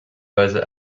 base